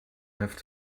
have